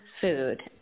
food